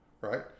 right